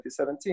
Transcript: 2017